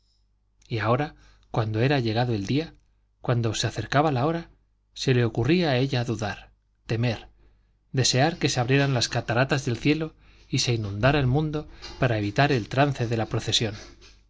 y ahora cuando era llegado el día cuando se acercaba la hora se le ocurría a ella dudar temer desear que se abrieran las cataratas del cielo y se inundara el mundo para evitar el trance de la procesión